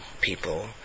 people